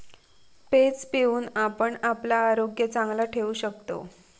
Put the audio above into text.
page पिऊन आपण आपला आरोग्य चांगला ठेवू शकतव